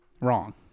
Wrong